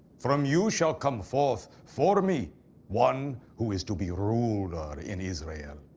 from you shall come forth for me one who is to be ruler in israel,